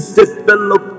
develop